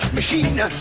machine